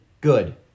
Good